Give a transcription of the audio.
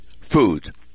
food